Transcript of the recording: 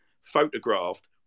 photographed